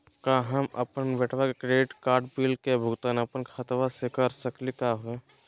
का हम अपन बेटवा के क्रेडिट कार्ड बिल के भुगतान अपन खाता स कर सकली का हे?